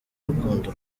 rukundo